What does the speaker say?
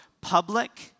public